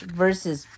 versus